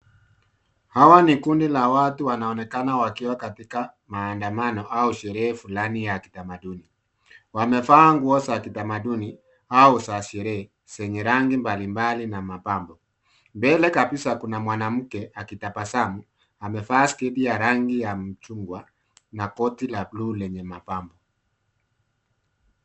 Hawa ni kundi la watu wanaonekana wakiwa katika maandamano au sherehe fulani ya kitamaduni. Wamevaa nguo za kitamaduni au za sherehe zenye rangi mbalimbali na mapambo. Mbele kabisa kuna mwanamke akitabasamu. Amevaa sketi ya rangi ya machungwa na koti la bluu lenye mapambo.